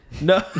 No